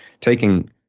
taking